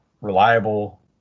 reliable